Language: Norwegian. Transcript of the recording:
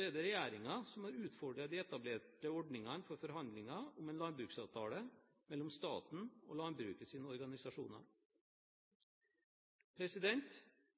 er det regjeringen som har utfordret de etablerte ordningene for forhandlinger om en landbruksavtale mellom staten og